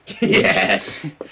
Yes